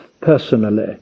personally